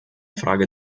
frage